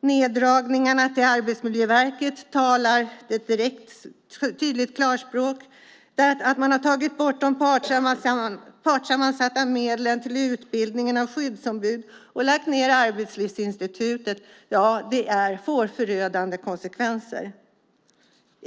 Neddragningarna av anslagen till Arbetsmiljöverket talar sitt tydliga språk. Man har tagit bort de partssammansatta medlen till utbildning av skyddsombud och lagt ned Arbetslivsinstitutet. Detta får förödande konsekvenser.